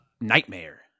nightmare